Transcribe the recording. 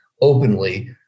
openly